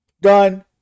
Done